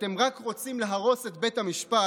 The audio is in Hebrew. שאתם רק רוצים להרוס את בית המשפט,